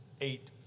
eight